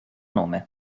nome